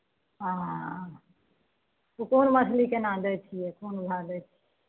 हँ कोन मछली केना दै छियै की भाओ दै छियै